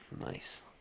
Nice